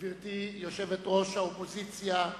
גברתי יושבת-ראש האופוזיציה,